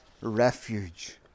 refuge